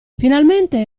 finalmente